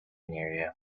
near